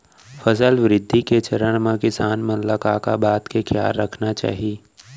फसल वृद्धि के चरण म किसान मन ला का का बात के खयाल रखना चाही?